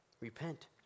Repent